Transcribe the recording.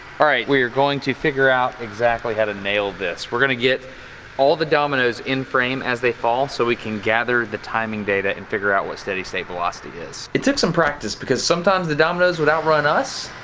all right we're going to figure out exactly how to nail this we're gonna get all the dominoes in frame as they fall so we can gather the timing data and figure out what steady state velocity is it took some practice because sometimes the dominoes would outrun us